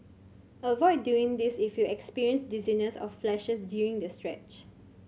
avoid doing this if you experience dizziness or flashes during the stretch